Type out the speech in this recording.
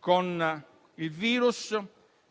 con il virus,